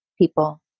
people